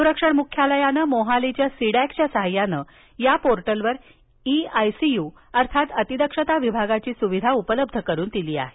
संरक्षण मुख्यालयांनं मोहालीच्या सी डॅक च्या सहाय्यानं या पोर्टलवर ई आय सी यू अर्थात अतिदक्षता विभागाची सुविधा उपलब्ध करून दिली आहे